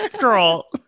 girl